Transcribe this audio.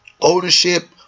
ownership